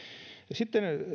sitten